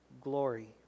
glory